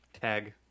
Tag